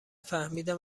فهمیدم